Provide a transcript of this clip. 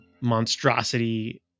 monstrosity